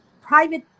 private